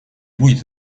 будет